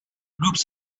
groups